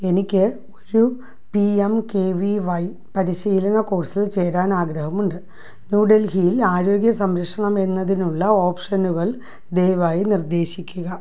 എനിക്ക് ഒരു P M K V Y പരിശീലന കോഴ്സിൽ ചേരാൻ ആഗ്രഹമുണ്ട് ന്യൂഡൽഹിയിൽ ആരോഗ്യ സംരക്ഷണം എന്നതിനുള്ള ഓപ്ഷനുകൾ ദയവായി നിർദ്ദേശിക്കുക